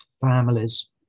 families